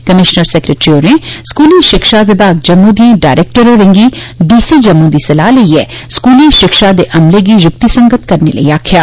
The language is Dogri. कमीशनर सैक्रेटरी होरं स्कूली शिक्षा विभाग जम्मू दियें डायरैक्टर होरें गी डी सी जम्मू दी सलाह लेइयै स्कली शिक्षा दे अमले गी युक्ति संगत करने लेई आक्खेया